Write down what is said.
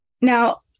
Now